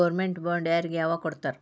Government bond ಯಾರಿಗೆ ಯಾವಗ್ ಕೊಡ್ತಾರ?